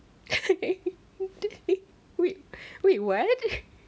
eh wait wait what